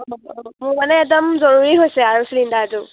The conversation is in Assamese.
অঁ অঁ মোৰ মানে একদম জৰুৰী হৈছে আৰু চিলিণ্ডাৰটো